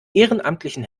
ehrenamtlichen